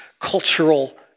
cultural